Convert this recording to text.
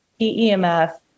PEMF